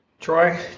Troy